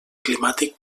climàtic